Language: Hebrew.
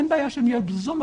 אין בעיה שהן יהיו בזום,